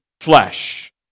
flesh